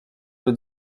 veux